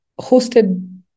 hosted